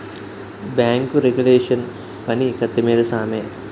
bank regulation పని కత్తి మీద సామే